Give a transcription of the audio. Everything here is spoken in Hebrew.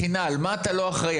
על מה אתה לא אחראי?